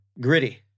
Gritty